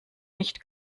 nicht